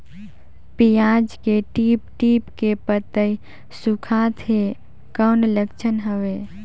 पियाज के टीप टीप के पतई सुखात हे कौन लक्षण हवे?